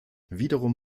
wiederum